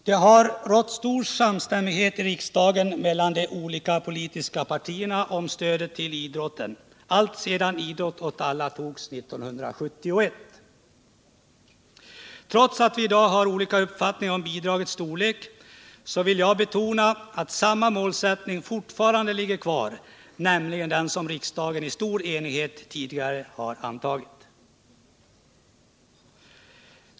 Det har rått stor samstämmighet i riksdagen mellan de politiska partierna om stödet till idrotten alltsedan förslagen med anledning av utredningen Idrott åt alla antogs 1971. Trots att vi i dag har olika uppfattningar om bidragets storlek vill jag betona, att samma målsättning ligger kvar, nämligen den som riksdagen tidigare i stor enighet har antagit.